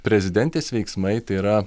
prezidentės veiksmai tai yra